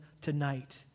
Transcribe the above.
tonight